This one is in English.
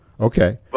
Okay